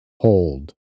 Hold